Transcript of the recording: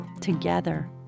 together